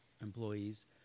employees